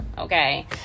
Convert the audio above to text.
Okay